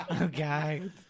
Okay